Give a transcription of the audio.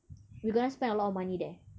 we're gonna spend a lot of money there